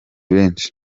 benshi